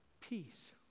Peace